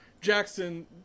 Jackson